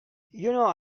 know